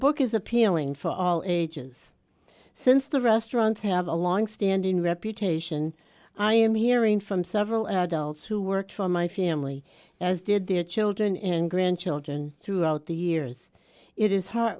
book is appealing for all ages since the restaurants have a long standing reputation i am hearing from several adults who work for my family as did their children and grandchildren throughout the years it is hear